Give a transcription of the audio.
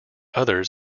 others